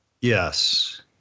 Yes